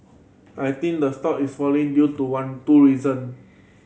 I think the stock is falling due to one two reason